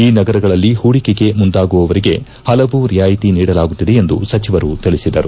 ಈ ನಗರಗಳಲ್ಲಿ ಹೂಡಿಕೆಗೆ ಮುಂದಾಗುವವರಿಗೆ ಪಲವು ರಿಯಾಯಿತಿ ನೀಡಲಾಗುತ್ತಿದೆ ಎಂದು ಸಚಿವರು ತಿಳಿಸಿದರು